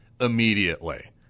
immediately